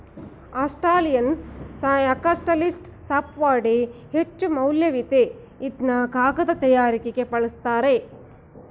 Australian eucalyptus ಸಾಫ್ಟ್ವುಡ್ಗೆ ಹೆಚ್ಚುಮೌಲ್ಯವಿದೆ ಇದ್ನ ಕಾಗದ ತಯಾರಿಕೆಗೆ ಬಲುಸ್ತರೆ